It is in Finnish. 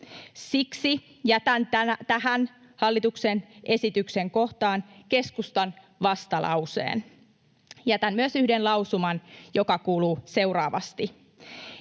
Siksi jätän tähän hallituksen esityksen kohtaan keskustan vastalauseen. Jätän myös yhden lausuman, joka kuuluu seuraavasti,